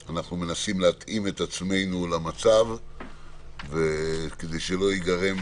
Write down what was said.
אנחנו מנסים להתאים את עצמנו כדי שלא ייגרם